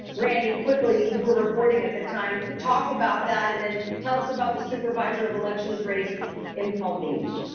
randy, quickly, you were reporting at the time. talk about that and then tell us about the supervisor of elections race in palm beach.